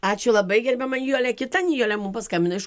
ačiū labai gerbiama nijole kita nijolė mum paskambino iš